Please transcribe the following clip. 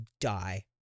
die